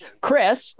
Chris